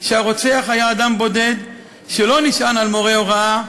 שהרוצח היה אדם בודד שלא נשען על מורי הוראה,